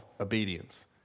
obedience